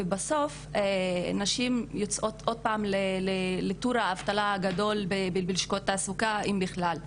ובסוף הנשים יוצאות עוד פעם לתור האבטלה הגדול בלשכות התעסוקה אם בכלל.